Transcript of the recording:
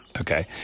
Okay